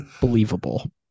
Believable